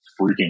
freaking